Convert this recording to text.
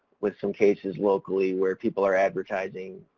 with some cases locally where people are advertising